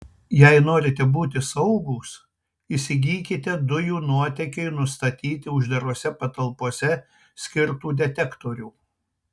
jei norite būti saugūs įsigykite dujų nuotėkiui nustatyti uždarose patalpose skirtų detektorių